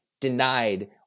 denied